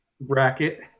bracket